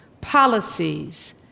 policies